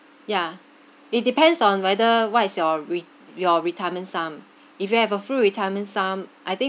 yeah it depends on whether what is your re~ your retirement sum if you have a full retirement sum I think